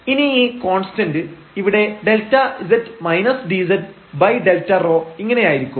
┤ ഇനി ഈ കോൺസ്റ്റൻഡ് ഇവിടെ Δz dzΔρ ഇങ്ങനെയായിരിക്കും